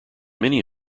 many